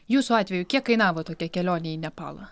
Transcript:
jūsų atveju kiek kainavo tokia kelionė į nepalą